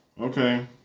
okay